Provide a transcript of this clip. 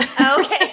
Okay